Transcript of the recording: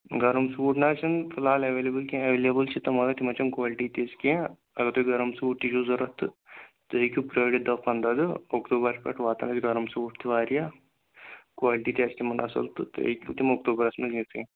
گرم سوٗٹ نہ حظ چھِنہٕ فِلحال اٮ۪ویلیبٕل کیٚنہہ اٮ۪ویلیبٕل چھِ تِم مگر تِمَن چھِنہٕ کالٹی تِژھ کیٚنہہ اگر تۄہہِ گرم سوٗٹ تہِ چھُو ضوٚرَتھ تہٕ تُہۍ ہیٚکِو پرٛٲرِتھ دَہ پَنٛداہ دۄہ اکتوٗبَر پٮ۪ٹھ واتَن اَسہِ گرم سوٗٹ تہِ واریاہ کالٹی تہِ آسہِ تِمَن اصٕل تہٕ تُہۍ ہیٚکِو تِم اکتوبَرَس منٛز نِتھٕے